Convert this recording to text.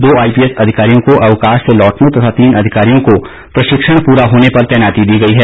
दो आईपीएस अधिकारियों को अवकाश से लौटने तथा तीन अधिकारियों का प्रशिक्षण पूरा होने पर तैनाती दी गई है